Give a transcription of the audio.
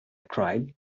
cried